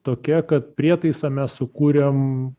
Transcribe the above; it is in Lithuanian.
tokia kad prietaisą mes sukūrėm